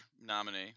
nominee